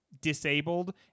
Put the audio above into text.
disabled